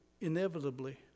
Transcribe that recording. inevitably